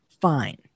fine